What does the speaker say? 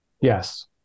Yes